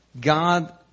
God